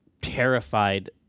terrified